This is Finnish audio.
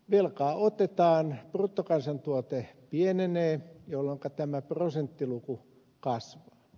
velkaa otetaan bruttokansantuote pienenee jolloinka tämä prosenttiluku kasvaa